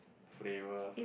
flavours